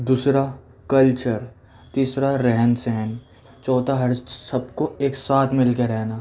دوسرا کلچر تیسرا رہن سہن چوتھا ہر سب کو ایک ساتھ مل کے رہنا